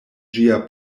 ĝia